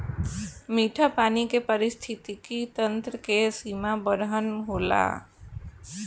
मीठा पानी के पारिस्थितिकी तंत्र के सीमा बरहन होला